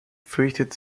fürchtet